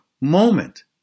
moment